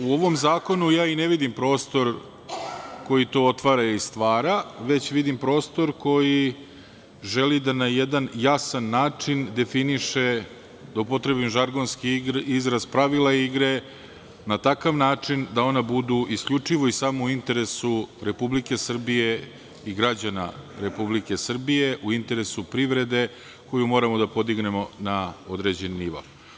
U ovom zakonu ja i ne vidim prostor koji to otvara i stvara, već vidim prostor koji želi da na jedan jasan način definiše, da upotrebim žargonski izraz, pravila igre na takav način da one budu isključivo i samo u interesu Republike Srbije i građana Republike Srbije, u interesu privrede koju moramo da podignemo na određeni nivo.